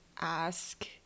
ask